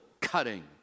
cutting